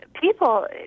people